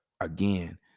Again